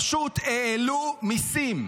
פשוט העלו מיסים.